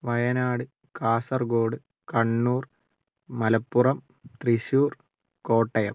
Wayanad Kasaragod Kannur Malappuram Thrissur Kottayam